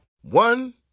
One